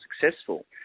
successful